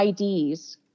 IDs